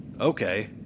Okay